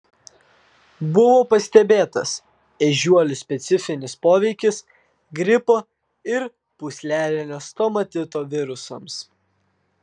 buvo pastebėtas ežiuolių specifinis poveikis gripo ir pūslelinio stomatito virusams